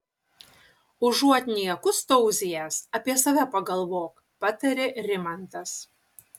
užuot niekus tauzijęs apie save pagalvok patarė rimantas